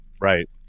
Right